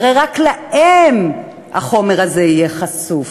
הרי רק להם החומר הזה יהיה חשוף.